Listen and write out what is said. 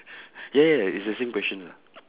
ya ya it's the same question lah